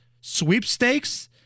sweepstakes